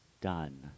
done